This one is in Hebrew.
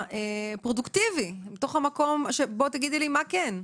המקום הפרודוקטיבי, תגידי לי מה כן,